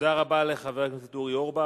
תודה רבה לחבר הכנסת אורי אורבך.